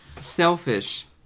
Selfish